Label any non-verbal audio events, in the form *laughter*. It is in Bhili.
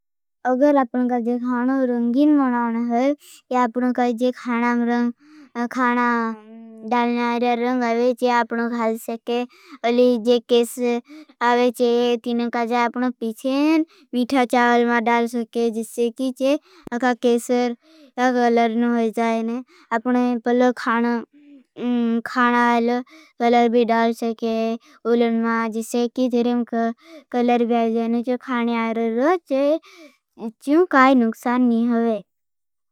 अगर आपनका जो खाना रंगीन मनाओन है। ये आपनका जो खाना डालना र्यार रंग आवेचे। आपनों खाल सके। अलिए जो केस आवेचे। तीनों काजा आपनों पिछेन मिठा चावल मां डाल सके। जिसे की जे अखा केसर गलर नो हो जाए ने। आपने पहले खाना अल गलर भी डाल सके। उलन मां जिसे की दिरेंग गलर भी आवेचे। खाने आरे *hesitation* रोचे जो काई नुकसान नहीं होई।